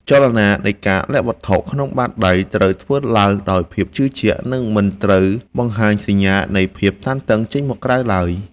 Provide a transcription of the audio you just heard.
ចលនានៃការលាក់វត្ថុក្នុងបាតដៃត្រូវធ្វើឡើងដោយភាពជឿជាក់ និង មិនត្រូវបង្ហាញសញ្ញានៃភាពតានតឹងចេញមកក្រៅឡើយ។